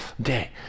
day